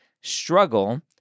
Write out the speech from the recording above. struggle